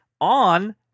on